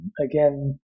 Again